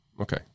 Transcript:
Okay